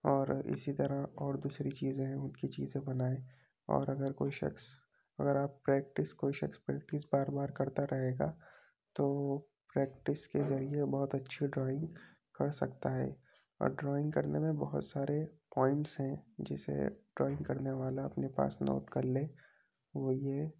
اور اسی طرح اور دوسری چیزیں ہیں ان کی چیزیں بنائے اور اگر کوئی شخص اگر آپ پریکٹس کوئی شخص پریکٹس بار بار کرتا رہے گا تو پریکٹس کے ذریعے بہت اچھی ڈرائنگ کر سکتا ہے اور ڈرائنگ کرنے میں بہت سارے پوائنٹس ہیں جسے ڈرائنگ کرنے والا اپنے پاس نوٹ کر لے وہ یہ